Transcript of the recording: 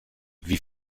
wie